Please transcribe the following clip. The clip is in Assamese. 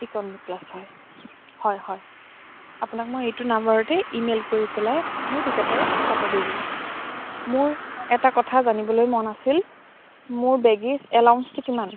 ইকনমি ক্লাছ হয় হয় হয় আপোনাক মই এইটো নম্বৰতে ইমেইল কৰি পেলাই মোৰ টিকেটৰ ফটো দি দিম মোৰ এটা কথা জানিবলৈ মন আছিল মোৰ বেগেজ এলাউয়েঞ্চটো কিমান